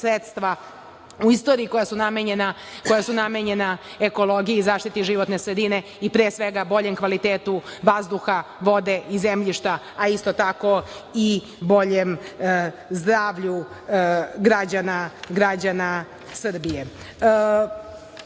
sredstva u istoriji koja su namenjena ekologiji, zaštiti životne sredine i pre svega boljem kvalitetu vazduha, vode i zemljišta, a isto tako i boljem zdravlju građana Srbije. Takođe,